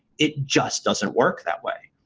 it just doesn't work that way.